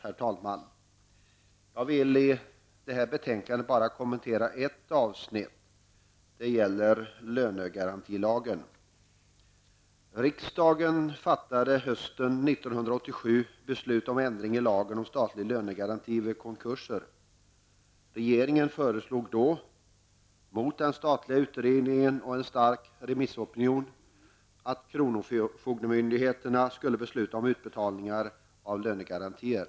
I fråga om detta betänkande skall jag bara kommentera ett avsnitt, och det gäller då lönegarantilagen. Hösten 1987 fattade riksdagen beslut om en ändring i lönegarantilagen. Det handlar alltså om en statlig lönegaranti vid konkurser. Regeringen föreslog då -- man gick emot den statliga utredning som arbetade med dessa frågor och även en stark remissopinion -- att kronofogdemyndigheten skulle besluta om utbetalningar när det gäller lönegarantier.